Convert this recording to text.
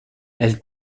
elle